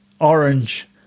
orange